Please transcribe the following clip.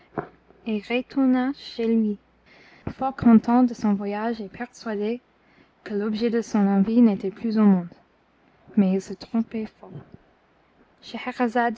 retourna chez lui fort content de son voyage et persuadé que l'objet de son envie n'était plus au monde mais il se trompait fort